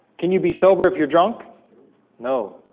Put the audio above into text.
can you be sober if you're drunk know?